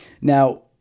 Now